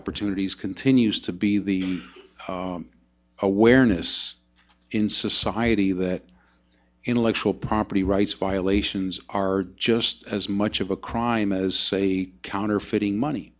opportunities continues to be the awareness in society that intellectual property rights violations are just as much of a crime as say counterfeiting money